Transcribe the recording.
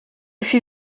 fut